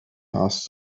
asked